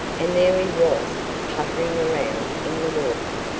and there he was puttering around in the water.